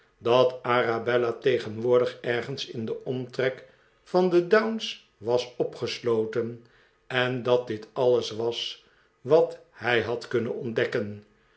dat arabella tegenwoordig ergens in den omtrek van de downs was opgesloten en dat dit alles was wat hij had kunnen ontdekken